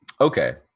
Okay